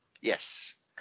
yes